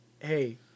hey